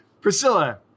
Priscilla